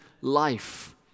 life